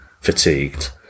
fatigued